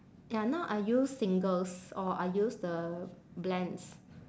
ya now I use singles or I use the blends